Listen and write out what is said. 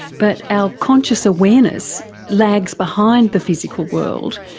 but our conscious awareness lags behind the physical world.